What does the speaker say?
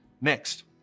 Next